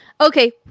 okay